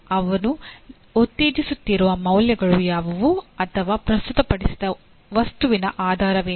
ಅವನು ಉತ್ತೇಜಿಸುತ್ತಿರುವ ಮೌಲ್ಯಗಳು ಯಾವುವು ಅಥವಾ ಪ್ರಸ್ತುತಪಡಿಸಿದ ವಸ್ತುವಿನ ಆಧಾರವೇನು